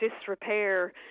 disrepair